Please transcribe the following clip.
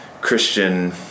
Christian